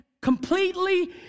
completely